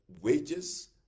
wages